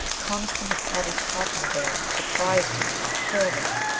coniston had probably caught him there, surprised him, killed him.